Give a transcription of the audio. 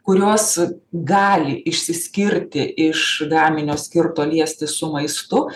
kurios gali išsiskirti iš gaminio skirto liestis su maistu